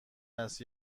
است